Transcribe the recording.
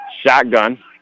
Shotgun